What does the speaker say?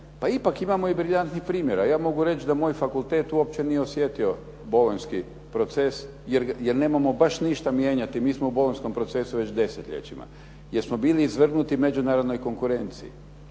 Pa ipak imamo i briljantnih primjera. Ja mogu reći da moj fakultet uopće nije osjetio bolonjski proces jer nemamo baš ništa mijenjati, mi smo u bolonjskom procesu već desetljećima jer smo bili izvrgnuti međunarodnoj konkurenciji,